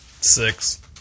Six